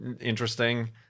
interesting